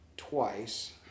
twice